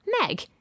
Meg